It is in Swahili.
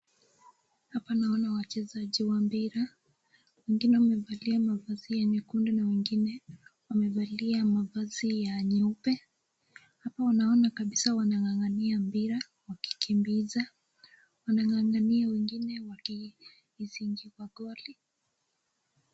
Hapa naona wachezaji wa mpira, wengine wamevalia mavazi ya nyekundu na wengine , wamevalia mavazi ya nyeupe , hapa naona kabisa wanagangania mpira, wakikimbiza. Wamegangania wengine wakizingira goli.